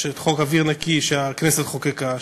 יש חוק אוויר נקי שהכנסת חוקקה,